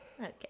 Okay